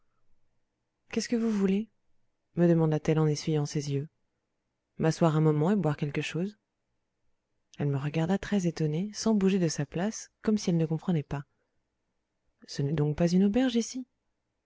qu'est-ce que vous voulez me demanda-t-elle en essuyant ses yeux m'asseoir un moment et boire quelque chose elle me regarda très étonnée sans bouger de sa place comme si elle ne comprenait pas ce n'est donc pas une auberge ici